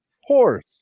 horse